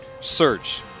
search